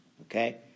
okay